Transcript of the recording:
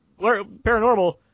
Paranormal